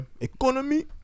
economy